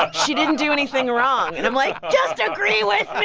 she didn't do anything wrong. and i'm like, just agree with me.